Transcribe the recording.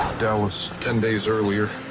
dallas, ten days earlier.